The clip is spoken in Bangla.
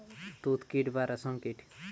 তুত কীট বা রেশ্ম কীট